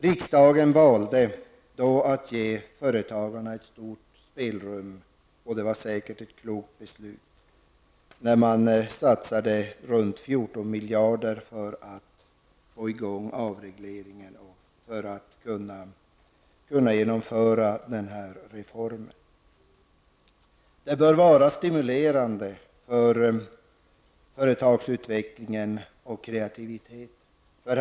Riksdagen valde att ge företagarna ett stort spelrum, och det var säkert ett klokt beslut, när man satsade runt 14 miljarder för att få i gång avregleringen och för att kunna genomföra den här reformen. Det bör vara stimulerande för företagsutvecklingen och kreativiteten.